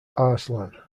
arslan